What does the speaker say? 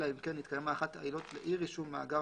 אלא אם כן התקיימה אחת העילות לאי-רישום מאגר